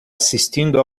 assistindo